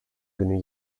günü